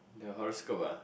the horoscope ah